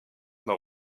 nord